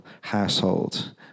household